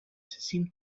seemed